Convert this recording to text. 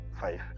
five